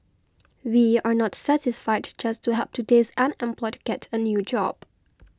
we are not satisfied just to help today's unemployed get a new job